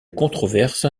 controverse